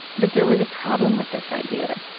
but there was a problem with this idea.